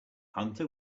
hunter